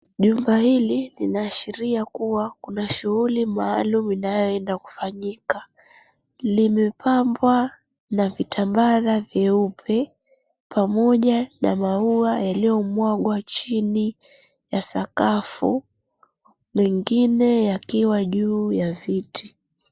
Jumba hili linaashiria kuwa kuna shughuli maalum linaloenda kufanyika. Limepambwa na vitambara meupe pamoja na maua yaliyo mwagwa chini ya sakafu, mengine yakiwa juu ya viti.